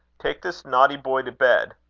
take this naughty boy to bed.